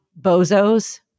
bozos